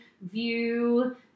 view